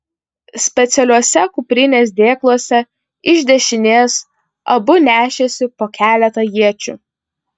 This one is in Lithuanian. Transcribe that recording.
specialiuose kuprinės dėkluose iš dešinės abu nešėsi po keletą iečių